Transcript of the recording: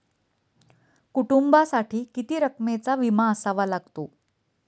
कुटुंबासाठी किती रकमेचा विमा असावा लागतो?